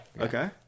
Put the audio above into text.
okay